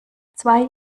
zwei